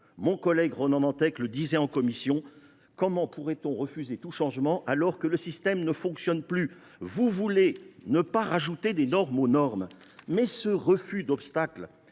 Mon collègue Ronan Dantec s’est ainsi interrogé en commission : comment pourrait on refuser tout changement, alors que le système ne fonctionne plus ? Vous ne voulez pas ajouter de normes aux normes, mais ce refus d’obstacle